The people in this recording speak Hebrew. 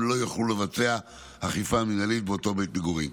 הן לא יוכלו לבצע אכיפה מינהלית באותו בית מגורים.